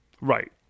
Right